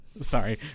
sorry